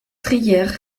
trier